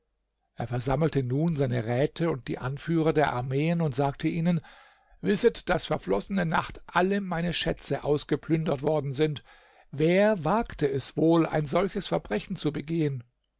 er versammelte nun seine räte und die anführer der armeen und sagte ihnen wisset daß verflossene nacht alle meine schätze ausgeplündert worden sind wer wagte es wohl ein solches verbrechen zu begehen